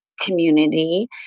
community